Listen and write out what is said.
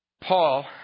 Paul